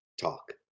talk